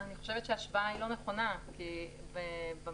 אני חושבת שההשוואה לא נכונה כי במקרה